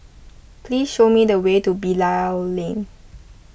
please show me the way to Bilal Lane